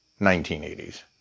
1980s